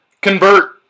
convert